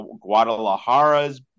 Guadalajara's